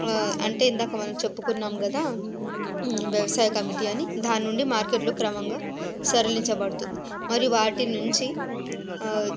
ఆ అంటే ఇందాకా మనం చెప్పుకున్నాం కదా వ్యవసాయ కమిటీ దానినుండి మార్కెట్లో క్రమంగా సరలించబడుతుంది మరియు వాటి నుంచి